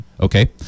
Okay